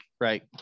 right